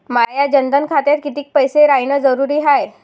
माया जनधन खात्यात कितीक पैसे रायन जरुरी हाय?